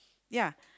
ya